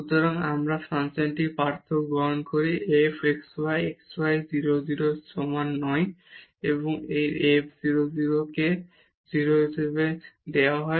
সুতরাং আমরা ফাংশনের পার্থক্যটি গ্রহণ করি f xy xy 0 0 এর সমান নয় এবং এই f 0 0 কে 0 হিসাবে দেওয়া হয়